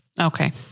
Okay